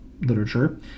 literature